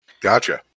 Gotcha